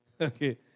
Okay